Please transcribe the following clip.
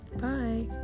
Bye